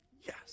yes